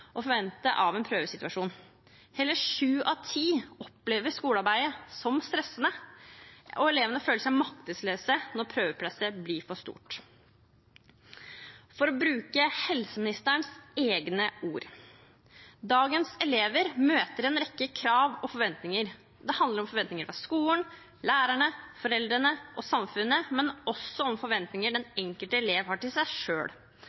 å forvente i en prøvesituasjon. Hele sju av ti opplever skolearbeidet som stressende, og elevene føler seg maktesløse når prøvepresset blir for stort. For å bruke helseministerens egne ord: «Dagens elever møter en rekke krav og forventninger. Det handler om forventninger fra skolen, lærerne, foreldrene og samfunnet, men også om forventninger den enkelte elev har til seg